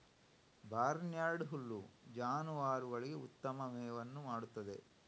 barnyard ಹುಲ್ಲು ಜಾನುವಾರುಗಳಿಗೆ ಉತ್ತಮ ಮೇವನ್ನು ಮಾಡುತ್ತದೆ